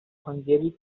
hungary